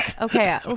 okay